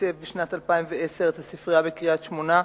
תקצב בשנת 2010 את הספרייה בקריית-שמונה,